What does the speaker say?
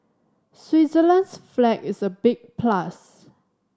Switzerland's flag is a big plus